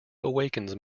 awakens